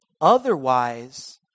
Otherwise